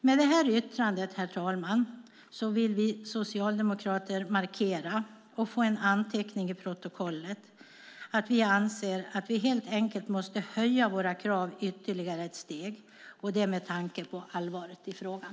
Med det yttrandet, herr talman, vill vi socialdemokrater markera och få en anteckning i protokollet om att vi anser att vi helt enkelt måste höja våra krav ytterligare ett steg, med tanke på allvaret i frågan.